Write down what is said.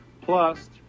Plus